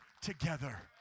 together